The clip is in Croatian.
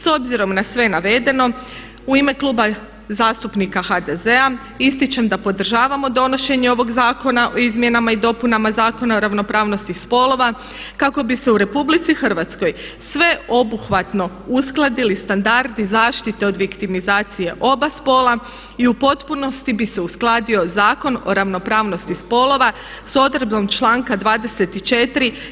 S obzirom na sve navedeno u ime Kluba zastupnika HDZ-a ističem da podržavamo donošenje ovog zakona o izmjenama i dopunama Zakona o ravnopravnosti spolova kako bi se u RH sveobuhvatno uskladili standardi zaštite od viktimizacije oba spola i u potpunosti bi se uskladio Zakon o ravnopravnosti spolova s odredbom članka 24.